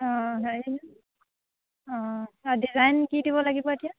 অঁ হেৰি অঁ অঁ ডিজাইন কি দিব লাগিব এতিয়া